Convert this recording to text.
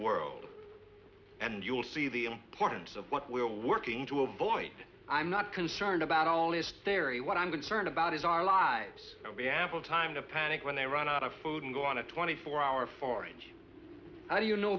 world and you will see the importance of what we are all working to avoid i'm not concerned about all this theory what i'm concerned about is our lives the apple time to panic when they run out of food and go on a twenty four hour forage how do you know